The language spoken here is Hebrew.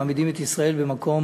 מעמידים את ישראל במקום